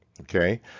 Okay